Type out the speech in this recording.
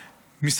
מרצם.